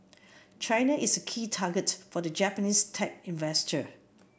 China is a key target for the Japanese tech investor